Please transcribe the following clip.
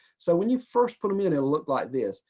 so when you first put them in it ll look like this.